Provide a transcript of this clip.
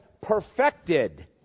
perfected